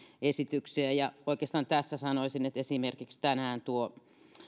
esityksiä ja oikeastaan tässä sanoisin että esimerkiksi tänään tuo